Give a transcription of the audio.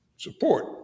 support